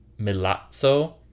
Milazzo